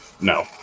No